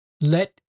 Let